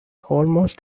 almost